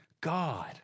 God